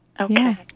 okay